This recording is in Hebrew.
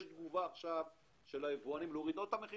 האם יש תגובה של היבואנים להוריד עוד את המחיר?